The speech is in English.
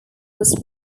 was